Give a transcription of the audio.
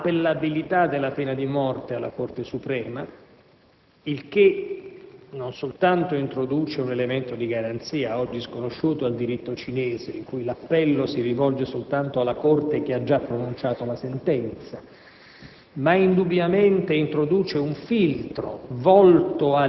uno dei quali prevede l'appellabilità della pena di morte alla Corte suprema. Con ciò non soltanto si introduce un elemento di garanzia oggi sconosciuto al diritto cinese, in cui l'appello si rivolge soltanto alla Corte che ha già pronunciato la sentenza,